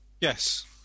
Yes